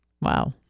Wow